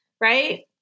right